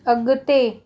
अगि॒ते